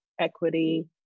equity